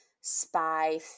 spy